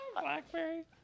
Blackberry